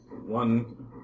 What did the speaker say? one